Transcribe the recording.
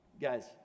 Guys